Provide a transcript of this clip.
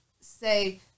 say